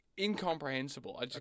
incomprehensible